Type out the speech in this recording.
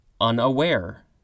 unaware